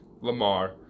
Lamar